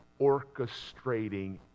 orchestrating